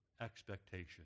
expectation